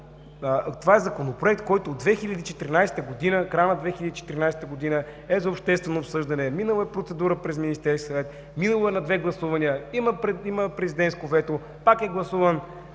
Това е Законопроект, който от края на 2014 г., е за обществено обсъждане, минал е процедура през Министерския съвет, минал е на две гласувания, има президентско вето, пак е гласуван,